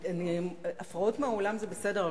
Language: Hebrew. הפרעות מהאולם זה בסדר,